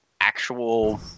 actual